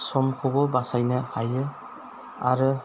समखौबो बासायनो हायो आरो